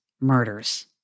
murders